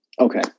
Okay